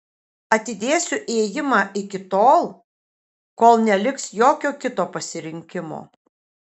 atidėsiu ėjimą iki tol kol neliks jokio kito pasirinkimo